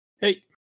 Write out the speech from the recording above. hey